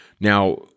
Now